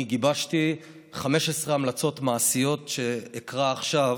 אני גיבשתי 15 המלצות מעשיות, שאקרא עכשיו,